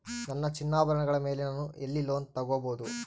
ನನ್ನ ಚಿನ್ನಾಭರಣಗಳ ಮೇಲೆ ನಾನು ಎಲ್ಲಿ ಲೋನ್ ತೊಗೊಬಹುದು?